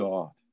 God